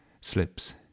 slips